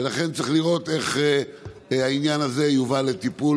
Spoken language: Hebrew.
לכן צריך לראות איך העניין הזה יובא לטיפול